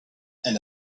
and